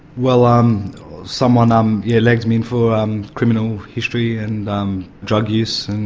well, um someone um yeah lagged me in for um criminal history and um drug use.